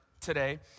today